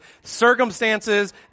circumstances